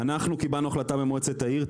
אנחנו קיבלנו החלטה במועצת העיר,